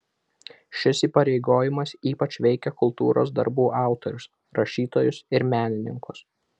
šis įpareigojimas ypač veikia kultūros darbų autorius rašytojus ir menininkus